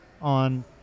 on